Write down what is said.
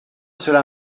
cela